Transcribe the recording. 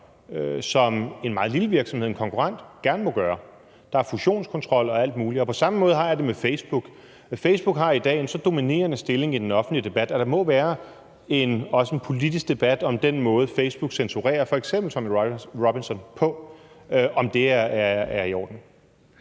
som en meget lille virksomhed, en konkurrent gerne må gøre. Der er fusionskontrol og alt muligt. På samme måde har jeg det med Facebook. Facebook har i dag en så dominerende stilling i den offentlige debat, at der må være også en politisk debat om, hvorvidt den måde, Facebook censurerer f.eks. Tommy Robinson på, er i orden.